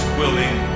willing